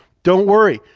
don't worry.